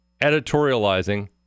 editorializing